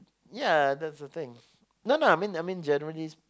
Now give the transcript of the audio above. yeah that's the thing no no I mean I mean generally